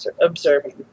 observing